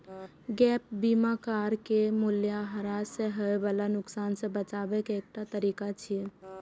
gap बीमा car के मूल्यह्रास सं होय बला नुकसान सं बचाबै के एकटा तरीका छियै